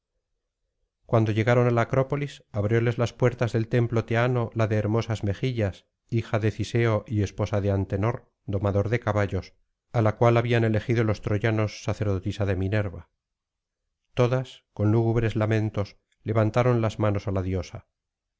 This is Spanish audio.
cuando llegaron á la acrópolis abrióles las puertas del templo teano la de hermosas mejillas hija de ciseo y esposa de antenor domador de caballos á la cual habían elegido los troyanos sacerdotisa de minerva todas con lúgubres lamentos levantaron las manos á la diosa